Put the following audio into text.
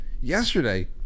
yesterday